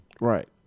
Right